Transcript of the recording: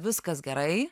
viskas gerai